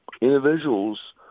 Individuals